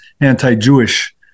anti-Jewish